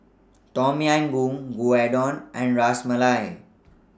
Tom Yam Goong Gyudon and Ras Malai